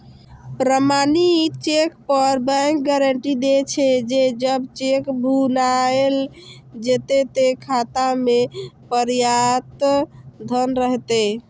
प्रमाणित चेक पर bank guarantee दै छे, जे जब चेक भुनाएल जेतै, ते खाता मे पर्याप्त धन रहतै